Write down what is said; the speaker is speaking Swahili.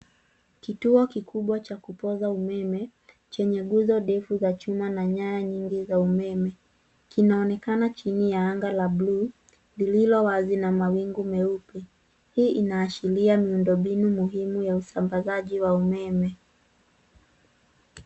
Kituo kikubwa cha kupoza umeme, chenye nguzo ndefu za chuma na nyaya nyingi za umeme. Kinaonekana chini ya anga la blue ,lililo wazi na mawingu meupe. Hii inashiria miundo mbinu muhimu ya usambazaji wa umeme.